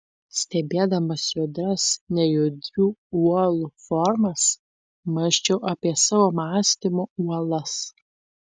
stebėdamas judrias nejudrių uolų formas mąsčiau apie savo mąstymo uolas